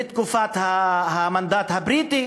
מתקופת המנדט הבריטי,